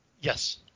Yes